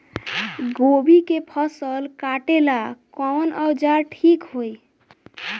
गोभी के फसल काटेला कवन औजार ठीक होई?